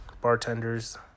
bartenders